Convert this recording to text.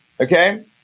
Okay